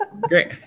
Great